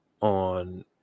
on